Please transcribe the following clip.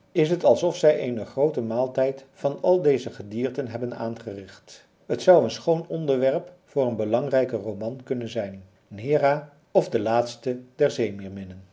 is het alsof zij eenen grooten maaltijd van al deze gedierten hebben aangericht het zou een schoon onderwerp voor een belangrijken roman kunnen zijn nera of de laatste der zeemeerminnen